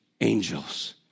angels